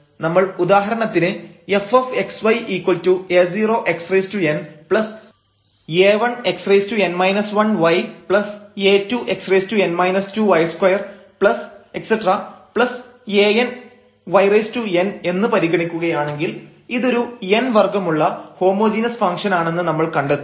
നമ്മൾ ഉദാഹരണത്തിന് fxy a0 xn a1xn−1 ya2xn−2 y2 an yn എന്ന് പരിഗണിക്കുകയാണെങ്കിൽ ഇതൊരു n വർഗ്ഗമുള്ള ഹോമോജീനസ് ഫംഗ്ഷൻ ആണെന്ന് നമ്മൾ കണ്ടെത്തും